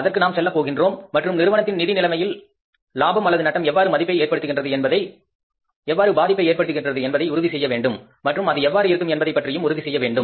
அதற்கு நாம் செல்லப் போகின்றோம் மற்றும் நிறுவனத்தின் நிதி நிலைமையில் லாபம் அல்லது நட்டம் எவ்வாறு பாதிப்பை ஏற்படுத்துகின்றது என்பதை உறுதி செய்ய வேண்டும் மற்றும் அது எவ்வாறு இருக்கும் என்பதைப் பற்றியும் உறுதி செய்ய வேண்டும்